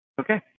Okay